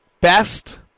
best